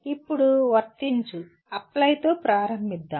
ఇప్పుడు వర్తించుఅప్లైతో ప్రారంభిద్దాం